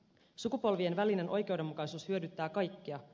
sukupolvien välinen oikeudenmukaisuus hyödyttää kaikkia